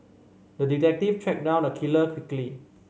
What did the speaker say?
the detective tracked down the killer quickly